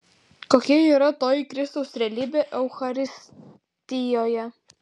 kokia yra toji kristaus realybė eucharistijoje